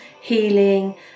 healing